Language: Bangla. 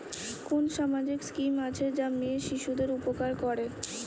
কোন সামাজিক স্কিম আছে যা মেয়ে শিশুদের উপকার করে?